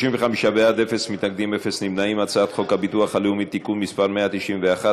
חוק הביטוח הלאומי (תיקון מס' 191),